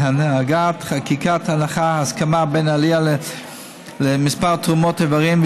הנהגת חקיקת הנחת ההסכמה לבין העלייה במספר תרומות האיברים,